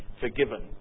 forgiven